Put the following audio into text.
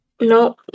No